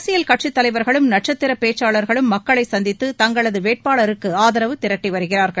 அரசியல் கட்சித் தலைவர்களும் நட்சத்திர பேச்சாளர்களும் மக்களைச் சந்தித்து தங்களது வேட்பாளருக்கு ஆதரவு திரட்டி வருகிறா்கள்